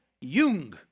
Jung